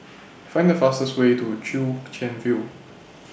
Find The fastest Way to Chwee Chian View